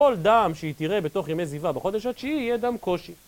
כל דם שתראה בתוך ימי זיווה בחודש התשיעי, יהיה דם קושי.